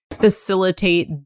facilitate